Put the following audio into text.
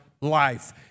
life